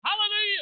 Hallelujah